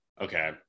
okay